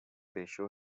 ratio